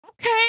Okay